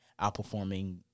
outperforming